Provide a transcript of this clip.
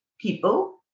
people